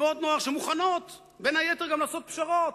תנועות נוער שמוכנות בין היתר לעשות פשרות,